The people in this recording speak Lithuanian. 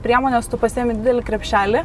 priemones tu pasiimi didelį krepšelį